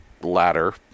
ladder